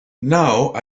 now